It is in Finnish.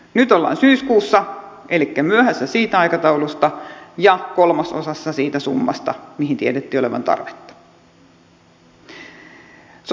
nyt ollaan syyskuussa elikkä myöhässä siitä aikataulusta ja kolmasosassa siitä summasta mihin tiedettiin olevan tarvetta